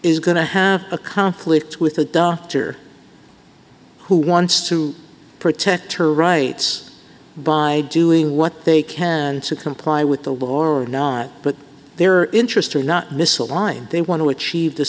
is going to have a conflict with a doctor who wants to protect her rights by doing what they can to comply with the law or not but their interests are not misaligned they want to achieve the